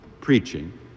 Preaching